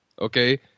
okay